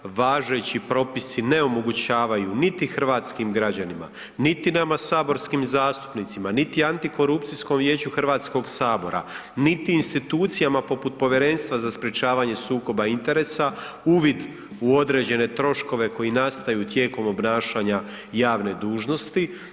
Važeći propisi ne omogućavaju niti hrvatskim građanima, niti nama saborskim zastupnicima, niti Antikorupcijskom vijeću HS, niti institucijama poput Povjerenstva za sprječavanje sukoba interesa, uvid u određene troškove koji nastaju tijekom obnašanja javne dužnosti.